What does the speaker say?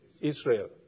Israel